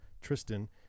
Tristan